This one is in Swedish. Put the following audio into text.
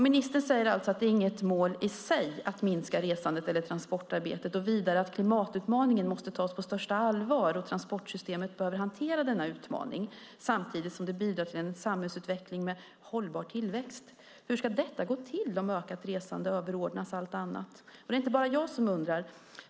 Ministern säger alltså att det är "inget mål i sig att minska resandet eller transportarbetet" och vidare att "klimatutmaningen . måste . tas på största allvar, och tranportsystemet behöver hantera denna utmaning samtidigt som det bidrar till en samhällsutveckling med hållbar tillväxt". Hur ska detta gå till om ökat resande överordnas allt annat? Det är inte bara jag som undrar.